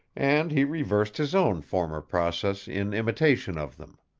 and he reversed his own former process in imitation of them.